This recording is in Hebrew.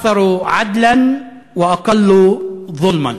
שוויוניים יותר ומקפחים פחות).